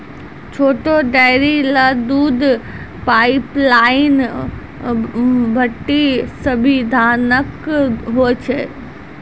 छोटो डेयरी ल दूध पाइपलाइन बड्डी सुविधाजनक होय छै